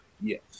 Yes